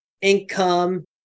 income